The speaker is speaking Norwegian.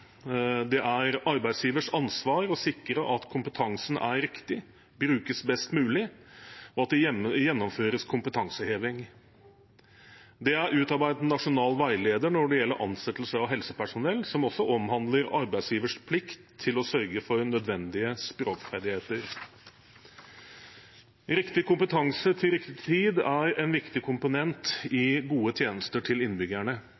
Det er arbeidsgivers ansvar å sikre at kompetansen er riktig, brukes best mulig, og at det gjennomføres kompetanseheving. Det er utarbeidet en nasjonal veileder når det gjelder ansettelse av helsepersonell, som også omhandler arbeidsgivers plikt til å sørge for nødvendige språkferdigheter. Riktig kompetanse til riktig tid er en viktig komponent i gode tjenester til innbyggerne.